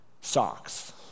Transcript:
socks